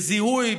בזיהוי,